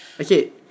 Okay